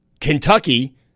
Kentucky